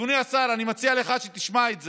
אדוני השר, אני מציע שתשמע את זה: